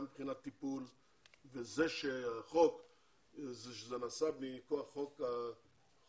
גם מבחינת טיפול וזה שזה נעשה מכוח חוק אחר,